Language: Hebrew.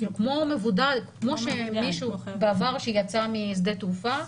כמו מישהו שבעבר יצא משדה התעופה,